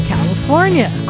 California